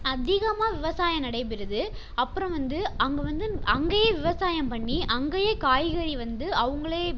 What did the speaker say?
அதிகமாக விவசாயம் நடைபெறுது அப்புறம் வந்து அங்கே வந்து அங்கேயே விவசாயம் பண்ணி அங்கேயே காய்கறி வந்து அவங்களே